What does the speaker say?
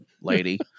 lady